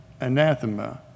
anathema